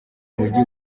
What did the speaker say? mujyi